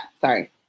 sorry